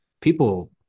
people